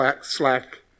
slack